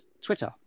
twitter